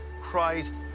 Christ